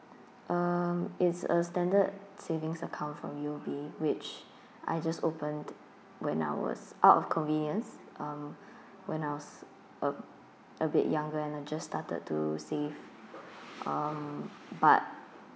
um it's a standard savings account from U_O_B which I just opened when I was out of convenience uh when I was a a bit younger and I just started to save um but